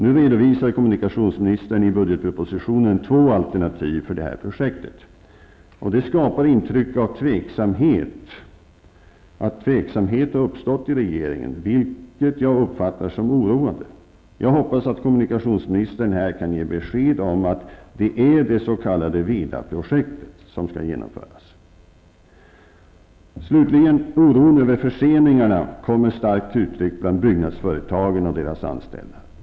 Nu redovisar kommunikationsministern i budgetpropositionen två alternativ för projektet, och det skapar ett intryck av att tveksamhet har uppstått i regeringen, vilket jag uppfattar som oroande. Jag hoppas att kommunikationsministern här kan ge besked om att det är det s.k. Vedaprojektet som skall genomföras. Slutligen vill jag säga att oron över förseningarna kommer starkt till uttryck bland byggföretagen och deras anställda.